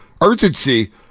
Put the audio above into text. Urgency